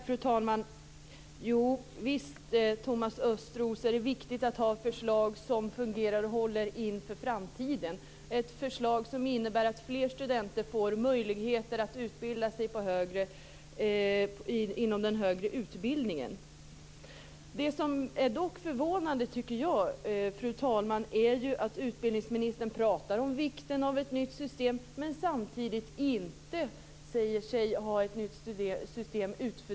Fru talman! Jovisst, Thomas Östros, är det viktigt att ha förslag som fungerar och håller inför framtiden och som innebär att fler studenter får möjligheter att utbilda sig inom den högre utbildningen. Det jag dock tycker är förvånande, fru talman, är ju att utbildningsministern pratar om vikten av ett nytt system men samtidigt inte säger sig ha funderat ut ett nytt system.